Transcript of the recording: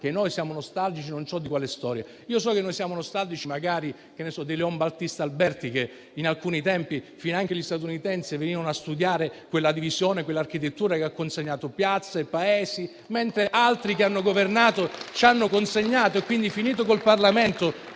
noi siamo nostalgici non so di quale storia. Io so che noi siamo nostalgici magari, che so, di Leon Battista Alberti; in alcuni tempi finanche gli statunitensi venivano a studiare quella visione a quella architettura che ci ha consegnato piazze e paesi. Altri invece che hanno governato ci hanno consegnato con il consenso del Parlamento e